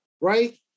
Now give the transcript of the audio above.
right